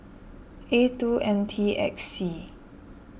A two M T X C